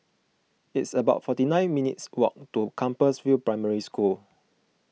it's about forty nine minutes' walk to Compassvale Primary School